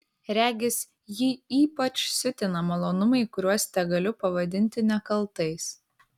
regis jį ypač siutina malonumai kuriuos tegaliu pavadinti nekaltais